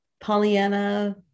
Pollyanna